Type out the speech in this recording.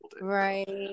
Right